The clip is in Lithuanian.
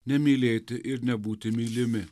nemylėti ir nebūti mylimi